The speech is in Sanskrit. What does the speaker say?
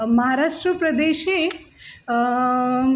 महाराष्ट्रप्रदेशे